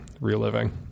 reliving